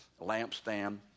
lampstand